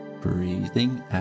breathing